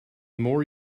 more